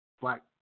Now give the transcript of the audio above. black